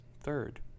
Third